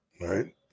Right